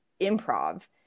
improv